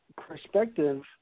perspective